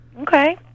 Okay